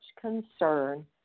concern